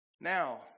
Now